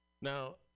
Now